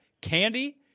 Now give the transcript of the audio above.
candy